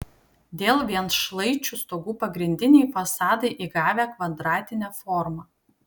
dėl vienšlaičių stogų pagrindiniai fasadai įgavę kvadratinę formą